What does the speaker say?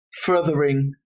furthering